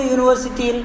University